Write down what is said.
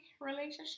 relationship